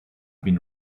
been